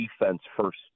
defense-first